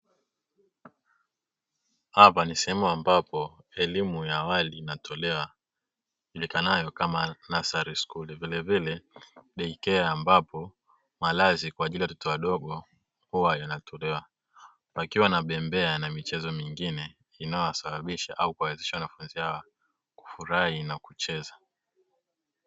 Hapa ni sehemu ambapo elimu ya awali inatolewa ijulikanayo kama nasari skuli vile vile “dei kea” ambapo malazi kwa ajili ya watoto wadogo huwa yanatolewa, pakiwa na bembea na michezo mingine inayowasababisha au kuwawezesha wanafunzi hawa kufurahi na kucheza.